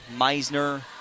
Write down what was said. Meisner